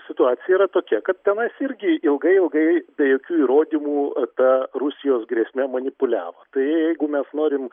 situacija yra tokia kad tenais irgi ilgai ilgai be jokių įrodymų ta rusijos grėsme manipuliavo tai jeigu mes norim